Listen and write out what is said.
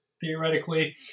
theoretically